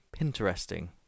...interesting